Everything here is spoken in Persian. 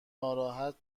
ناراحت